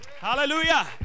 hallelujah